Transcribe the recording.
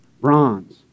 bronze